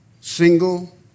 Single